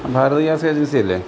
Bharat gas agency അല്ലേ